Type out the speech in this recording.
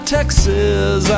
Texas